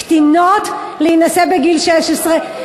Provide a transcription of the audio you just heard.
קטינות, בגיל 16?